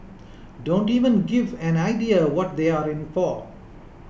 don't even give an idea what they are in for